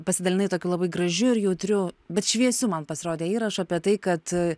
pasidalinai tokiu labai gražiu ir jautriu bet šviesiu man pasirodė įrašu apie tai kad